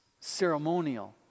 ceremonial